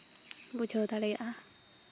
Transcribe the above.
ᱵᱩᱡᱷᱟᱹᱣ ᱫᱟᱲᱮᱭᱟᱜᱼᱟ